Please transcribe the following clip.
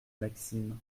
maxime